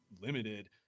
limited